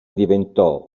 diventò